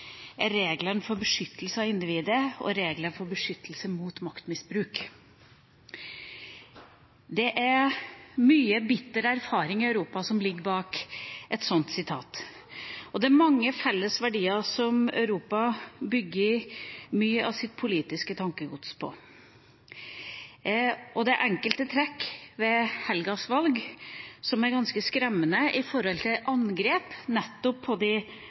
er Europa, er reglene for beskyttelse av individet og reglene for beskyttelse mot maktmisbruk. Det er mye bitter erfaring i Europa som ligger bak et slikt sitat, og det er mange felles verdier som Europa bygger mye av sitt politiske tankegods på. Det er enkelte trekk ved helgas valg som er ganske skremmende med tanke på angrep nettopp på de